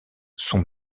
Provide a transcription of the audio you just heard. sont